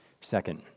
Second